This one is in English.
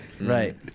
Right